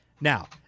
Now